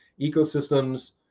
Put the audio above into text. Ecosystems